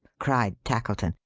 cried tackleton.